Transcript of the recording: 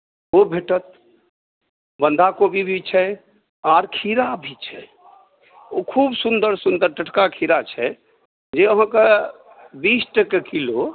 ओ भेटत बन्धा कोबी भी छै आर खीरा भी छै ओ खूब सुन्दर सुन्दर टटका खीरा छै जे अहाँकेँ बीस टके किलो